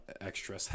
extra